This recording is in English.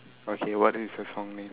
okay what is the song name